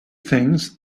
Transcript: things